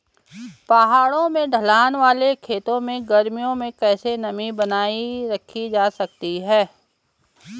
पहाड़ों में ढलान वाले खेतों में गर्मियों में कैसे नमी बनायी रखी जा सकती है?